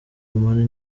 money